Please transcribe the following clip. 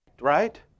right